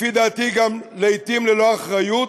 לפי דעתי, גם, לעתים ללא אחריות,